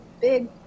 big